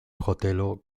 hotelo